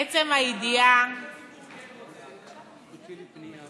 עצם הידיעה, אם הציבור כן רוצה את זה?